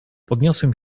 podniosłem